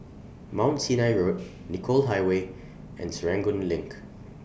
Mount Sinai Road Nicoll Highway and Serangoon LINK